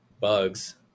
bugs